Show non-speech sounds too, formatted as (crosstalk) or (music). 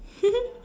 (laughs)